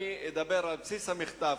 אני אדבר על בסיס המכתב,